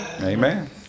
Amen